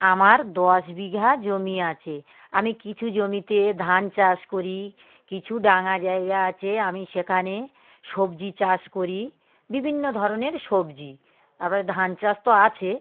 আমার দশ বিঘা জমি আছে আমি কিছু জমিতে ধান চাষ করি কিছু ডাঙা জায়গা আছে আমি সেখানে সবজি চাষ করি বিভিন্ন ধরনের সবজি তার পরে ধান চাষ তো আছে